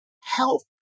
Health